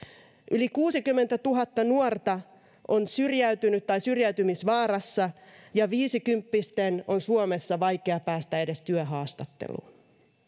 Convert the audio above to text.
yli kuusikymmentätuhatta nuorta on syrjäytynyt tai syrjäytymisvaarassa ja viisikymppisten on suomessa vaikea päästä edes työhaastatteluun